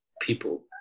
people